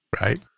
Right